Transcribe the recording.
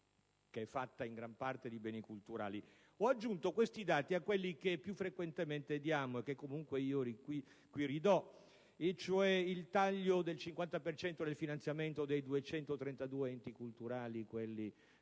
che è fatta in gran parte di beni culturali. Ho aggiunto tali dati a quelli che più frequentemente riportiamo, che comunque qui ripeto: il taglio del 50 per cento del finanziamento dei 232 enti culturali (quelli